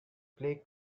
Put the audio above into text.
play